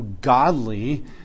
godly